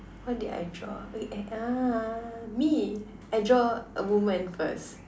what did I draw ah wait I uh me I draw a woman first